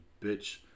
bitch